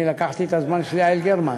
אני לקחתי את הזמן של יעל גרמן.